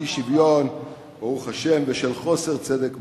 של אי-שוויון ושל חוסר צדק משווע,